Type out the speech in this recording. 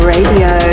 Radio